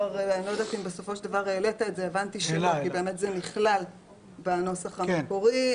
הנושא של הבחינות נכלל בנוסח המקורי,